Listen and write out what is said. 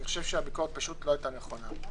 אני חושב שהיא לא היתה נכונה.